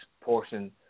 portion